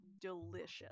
delicious